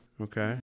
Okay